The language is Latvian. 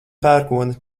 pērkona